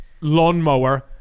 lawnmower